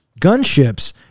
gunships